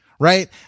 Right